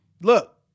look